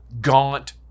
gaunt